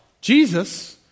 Jesus